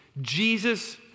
Jesus